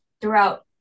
throughout